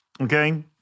okay